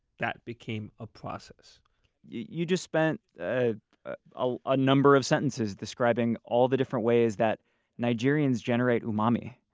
that became a process you just spent ah ah a number of sentences describing all the different ways that nigerians generate umami.